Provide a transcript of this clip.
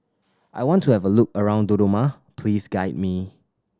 I want to have a look around Dodoma please guide me